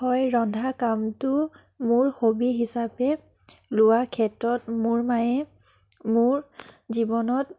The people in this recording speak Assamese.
হয় ৰন্ধা কামটো মোৰ হবি হিচাপে লোৱা ক্ষেত্ৰত মোৰ মায়ে মোৰ জীৱনত